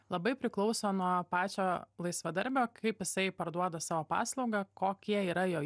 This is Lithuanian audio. labai priklauso nuo pačio laisvadarbio kaip jisai parduoda savo paslaugą kokie yra jo